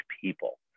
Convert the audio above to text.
people